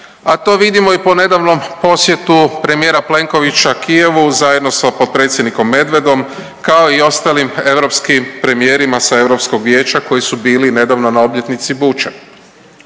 a to vidimo i po nedavnom posjetu premijera Plenkovića Kijevu zajedno sa potpredsjednikom Medvedom kao i ostalim europskim premijerima sa Europskog vijeća koji su bili nedavno na obljetnici Buče.